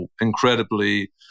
incredibly